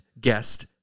guest